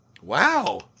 Wow